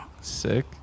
Sick